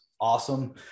awesome